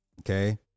Okay